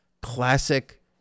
classic